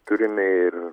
turime ir